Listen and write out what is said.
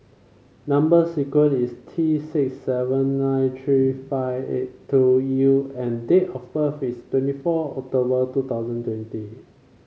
number sequence is T six seven nine tree five eight two U and date of birth is twenty four October two thousand twenty